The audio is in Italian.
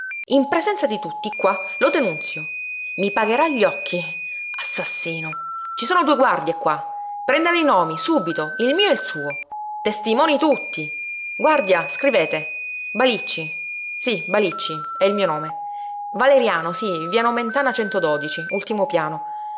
in presenza di tutti qua lo denunzio i pagherà gli occhi assassino ci sono due guardie qua prendano i nomi subito il mio e il suo testimoni tutti guardia scrivete balicci sí balicci è il mio nome valeriano sí via omentana ultimo piano